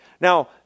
Now